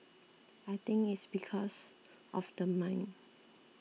I think it's because of the mine